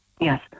Yes